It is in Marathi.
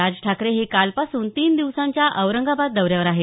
राज ठाकरे हे कालपासून तीन दिवसांच्या औरंगाबाद दौऱ्यावर आहेत